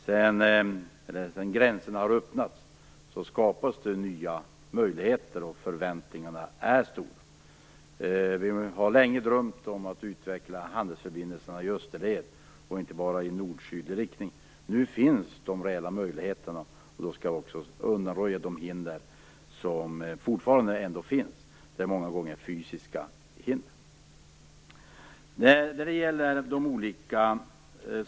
Sedan gränserna har öppnats kan det skapas nya möjligheter, och förväntningarna är stora. Vi har länge drömt om att utveckla handelsförbindelserna i österled och inte bara i nord-sydlig riktning. Nu finns de reella möjligheterna, och vi skall då också undanröja de hinder som fortfarande finns - det är många gånger fysiska hinder.